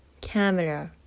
camera